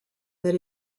that